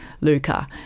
Luca